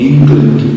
England